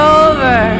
over